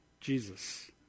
Jesus